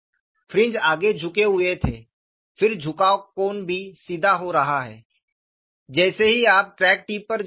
fringe आगे झुके हुए थे फिर झुकाव कोण भी सीधा हो रहा है जैसे ही आप क्रैक टिप पर जाते हैं